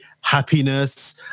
happiness